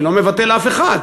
אני לא מבטל אף אחד,